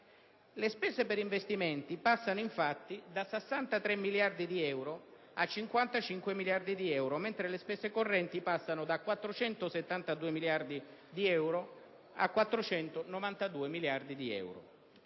Le spese per investimenti passano infatti da 63 miliardi di euro a 55 miliardi di euro, mentre le spese correnti passano da 472 miliardi di euro a 492 miliardi di euro.